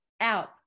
out